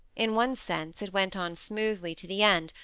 in one sense it went on smoothly to the end,